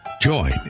Join